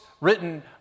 written